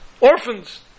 Orphans